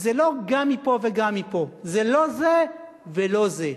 זה לא גם מפה וגם מפה, זה לא זה ולא זה.